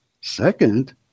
Second